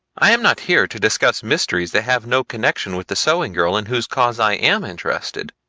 i am not here to discuss mysteries that have no connection with the sewing-girl in whose cause i am interested.